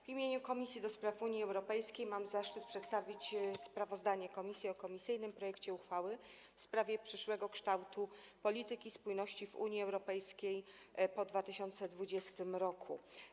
W imieniu Komisji do Spraw Unii Europejskiej mam zaszczyt przedstawić sprawozdanie komisji o komisyjnym projekcie uchwały w sprawie przyszłego kształtu polityki spójności w Unii Europejskiej po 2020 r.